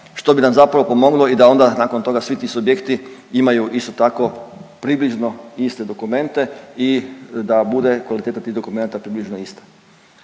što bi nam zapravo pomoglo i da onda nakon toga svi ti subjekti imaju isto tako približno iste dokumente i da bude kvaliteta tih dokumenata približno ista.